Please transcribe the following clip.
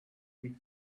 with